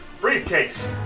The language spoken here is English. Briefcase